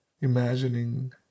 imagining